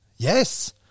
Yes